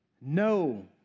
No